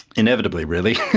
inevitably really.